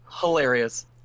hilarious